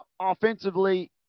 offensively